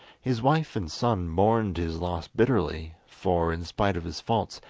his wife and son mourned his loss bitterly, for, in spite of his faults,